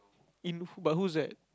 in who but who's that